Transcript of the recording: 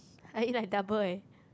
I eat like double eh